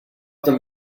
them